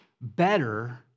Better